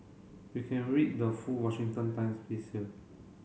you can read the full Washington Times piece here